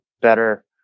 better